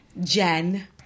Jen